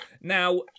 Now